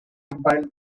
compiled